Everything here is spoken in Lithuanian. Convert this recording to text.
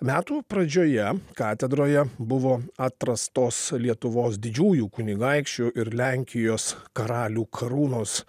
metų pradžioje katedroje buvo atrastos lietuvos didžiųjų kunigaikščių ir lenkijos karalių karūnos